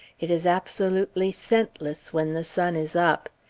it is absolutely scentless when the sun is up.